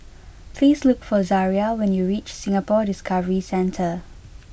please look for Zariah when you reach Singapore Discovery Centre